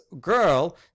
girl